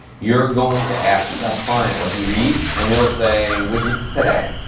you're going to ask your best client what he reads and he'll say widgets today,